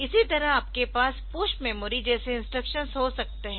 इसी तरह आपके पास पुश मेमोरी जैसे इंस्ट्रक्शंस हो सकते है